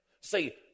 Say